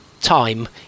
time